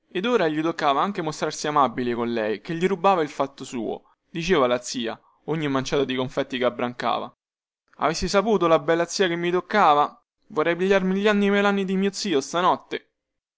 ed ora gli toccava anche mostrarsi amabile con lei che gli rubava il fatto suo diceva alla zia ogni manciata di confetti che abbrancava avessi saputo la bella zia che mi toccava vorrei pigliarmi gli anni e i malanni di mio zio stanotte